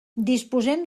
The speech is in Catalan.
disposem